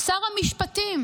שר המשפטים